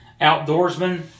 Outdoorsman